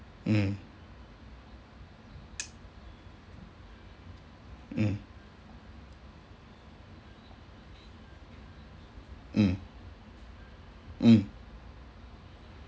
mm mm mm mm